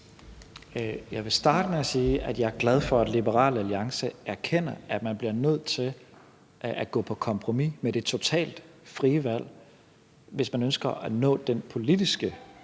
Jeg vil starte med at sige, at jeg er glad for, at Liberal Alliance erkender, at man bliver nødt til at gå på kompromis med det totalt frie valg, hvis man ønsker at nå den politiske